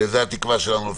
זאת התקווה שלנו.